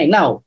Now